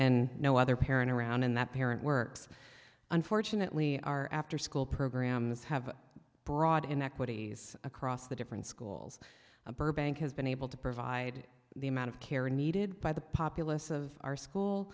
and no other parent around and that parent works unfortunately our afterschool programs have broad inequities across the different schools burbank has been able to provide the amount of care needed by the populous of our school